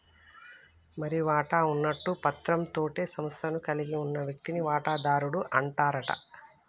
మరి వాటా ఉన్నట్టు పత్రం తోటే సంస్థను కలిగి ఉన్న వ్యక్తిని వాటాదారుడు అంటారట